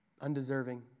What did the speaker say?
undeserving